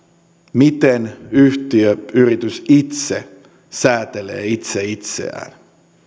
miten yhtiö yritys säätelee itse itseään